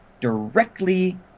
directly